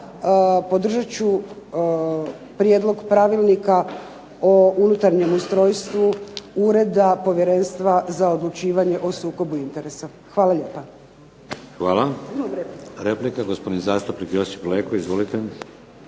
podržat ću Prijedlog pravilnika o unutarnjem ustrojstvu Ureda Povjerenstva za odlučivanje o sukobu interesa. Hvala lijepa. **Šeks, Vladimir (HDZ)** Hvala. Replika, gospodin zastupnik Josip Leko. Izvolite.